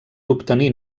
obtenir